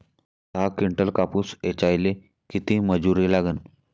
दहा किंटल कापूस ऐचायले किती मजूरी लागन?